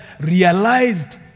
realized